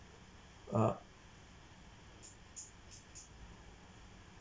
uh